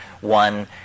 One